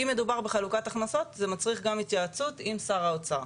אם מדובר בחלוקת הכנסות זה מצריך גם התייעצות עם שר האוצר.